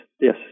yes